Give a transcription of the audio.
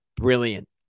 brilliant